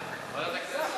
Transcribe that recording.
ועדת הכנסת.